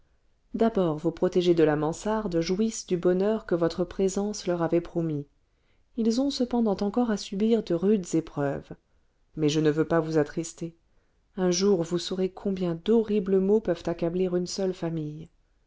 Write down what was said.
d'abord vos protégés de la mansarde jouissent du bonheur que votre présence leur avait promis ils ont cependant encore à subir de rudes épreuves mais je ne veux pas vous attrister un jour vous saurez combien d'horribles maux peuvent accabler une seule famille